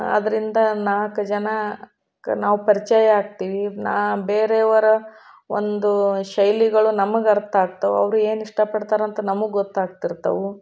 ಅದರಿಂದ ನಾಲ್ಕು ಜನಕ್ಕೆ ನಾವು ಪರಿಚಯ ಆಗ್ತೀವಿ ನಾ ಬೇರೆಯವರ ಒಂದು ಶೈಲಿಗಳು ನಮಗೆ ಅರ್ಥ ಆಗ್ತವೆ ಅವರು ಏನು ಇಷ್ಟಪಡ್ತಾರಂತ ನಮಗೆ ಗೊತ್ತಾಗ್ತಿರ್ತವೆ